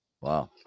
Wow